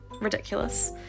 ridiculous